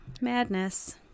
Madness